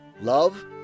love